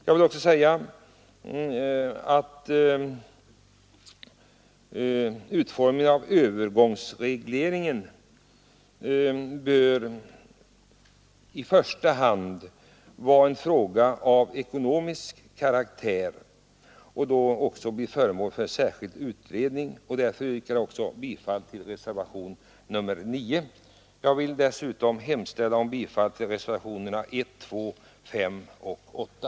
Jag vill också säga att utformningen av övergångsregleringen i första hand bör vara en fråga av ekonomisk karaktär och därför bör den bli föremål för särskild utredning. Av den anledningen yrkar jag bifall också till reservationen 9. Dessutom vill jag hemställa om bifall till reservationerna 1, 2, 5 och 8.